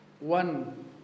One